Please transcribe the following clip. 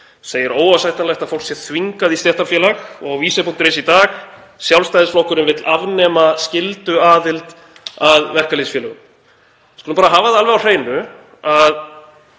„Segir óásættanlegt að fólk sé þvingað í stéttarfélag“ og á Vísi.is í dag: „Sjálfstæðisflokkurinn vill afnema skylduaðild að verkalýðsfélögum“. Við skulum bara hafa það alveg á hreinu að